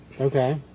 Okay